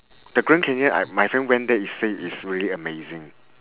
the grand canyon I my friend went there he say it's really amazing